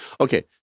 Okay